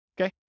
Okay